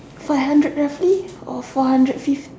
four hundred roughly or four hundred fifty